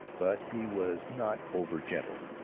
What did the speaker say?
but he was not over-gentle.